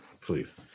Please